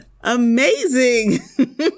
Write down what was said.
Amazing